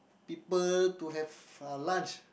people to have uh lunch